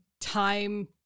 time